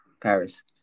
Paris